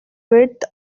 width